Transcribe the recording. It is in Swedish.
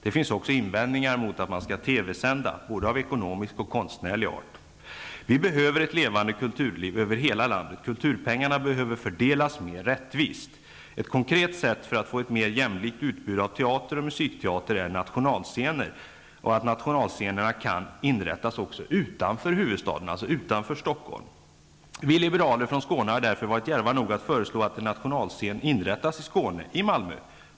Det finns också invändningar, av både ekonomisk och konstnärlig art, mot TV Vi behöver ett levande kulturliv över hela landet. Kulturpengarna behöver fördelas mer rättvist. Ett konkret sätt att få ett mer jämlikt utbud av teater och musikteater är att nationalscener inrättas också utanför huvudstaden. Vi liberaler från Skåne har därför varit djärva nog att föreslå att en nationalscen inrättas i Skåne, i Malmö.